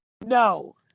no